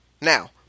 Now